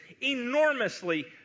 enormously